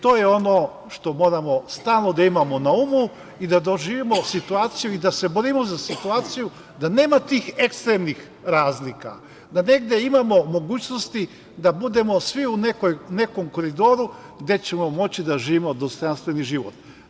To je ono što moramo stalno da imamo na umu i da doživimo situaciju i da se borimo za situaciju da nema tih ekstremnih razlika, da negde imamo mogućnosti da budemo svi u nekom koridoru gde ćemo moći da živimo dostojanstveni život.